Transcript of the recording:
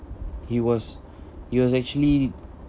he was he was actually